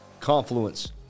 Confluence